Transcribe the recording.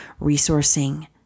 resourcing